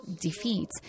defeat